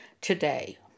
today